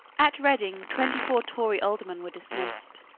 at reading twenty-four tory aldermen were dismissed.